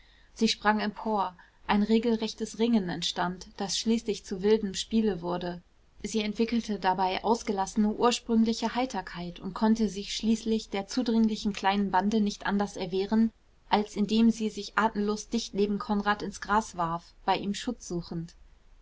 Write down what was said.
sie sprang empor ein regelrechtes ringen entstand das schließlich zu wildem spiele wurde sie entwickelte dabei ausgelassene ursprüngliche heiterkeit und konnte sich schließlich der zudringlichen kleinen bande nicht anders erwehren als indem sie sich atemlos dicht neben konrad ins gras warf bei ihm schutz suchend